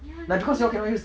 ya I mean come on